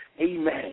amen